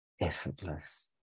effortless